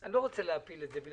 אני לא רוצה להפיל את זה.